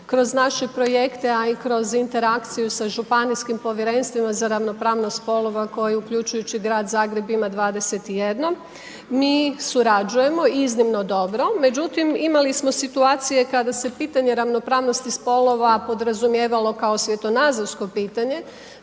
kroz naše projekte a i kroz interakciju sa županijskim povjerenstvima za ravnopravnost spolova koju uključujući grad Zagreb ima 21, mi surađujemo iznimno dobro, međutim imali smo situacije kada se pitanje ravnopravnosti spolova podrazumijevalo kao svjetonazorsko pitanje